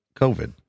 COVID